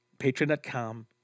Patreon.com